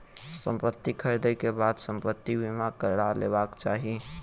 संपत्ति ख़रीदै के बाद संपत्ति बीमा करा लेबाक चाही